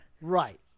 Right